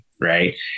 right